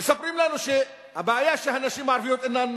מספרים לנו שהבעיה היא שהנשים הערביות אינן עובדות,